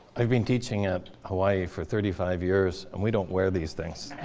i've been teaching at hawaii for thirty five years, and we don't wear these things.